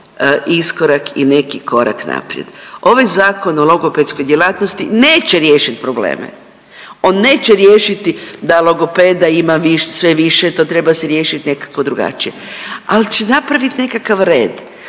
iskorak i neki korak naprijed. Ovaj Zakon o logopedskoj djelatnosti neće riješiti probleme, on neće riješiti da logopeda ima više, sve više to treba se riješiti nekako drugačije, al će napraviti nekakav red,